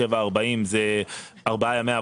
בשבעה עד 40 קילומטר זה ארבעה ימי,